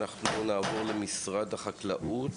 אנחנו נעבור למשרד החקלאות.